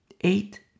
Eight